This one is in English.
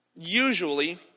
usually